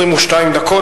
22 דקות.